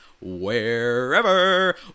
wherever